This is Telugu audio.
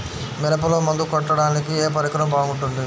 మిరపలో మందు కొట్టాడానికి ఏ పరికరం బాగుంటుంది?